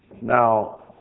Now